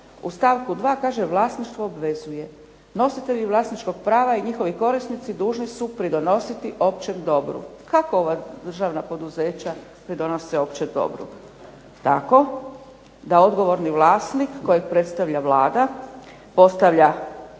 u stavku 2. kaže vlasništvo obvezuje. Nositelji vlasničkog prava i njihovi korisnici dužni su pridonositi općem dobru. Kako ova državna poduzeća pridonose općem dobru? Tako da odgovorni vlasnik, kojeg predstavlja Vlada postavlja,